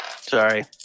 Sorry